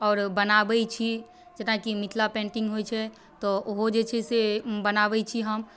आओर बनाबै छी सभटा चीज मिथिला पेन्टिंग होइ छै तऽ ओहो जे छै से बनाबै छी हम